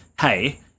hey